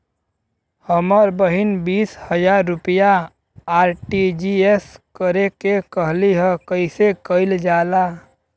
हमर बहिन बीस हजार रुपया आर.टी.जी.एस करे के कहली ह कईसे कईल जाला?